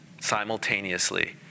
simultaneously